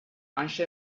hantxe